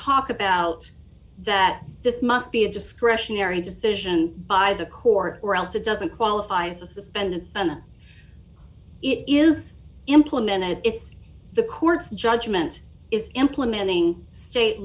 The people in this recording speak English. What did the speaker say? talk about that this must be a discretionary decision by the court or else it doesn't qualify as a suspended sentence it is implemented if the court's judgment is implementing state